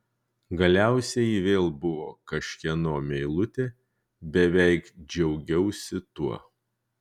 galiausiai ji vėl buvo kažkieno meilutė beveik džiaugiausi tuo